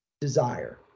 desire